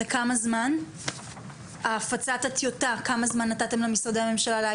כמה זמן נתתם למשרדי הממשלה להגיב?